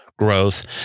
growth